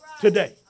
today